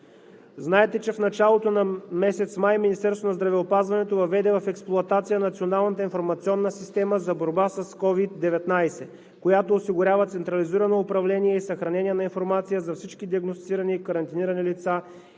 Знаете, че в началото на месец май Министерството на здравеопазването въведе в експлоатация Националната информационна система за борба с COVID-19, която осигурява централизирано управление и съхранение на информация за всички диагностицирани и карантинирани лица